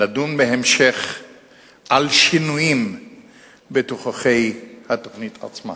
על שינויים בתוככי התוכנית עצמה.